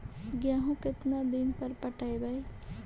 गेहूं केतना दिन पर पटइबै?